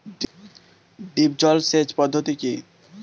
Drip জল সেচ পদ্ধতি কি?